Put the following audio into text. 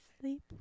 sleep